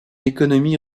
économie